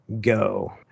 go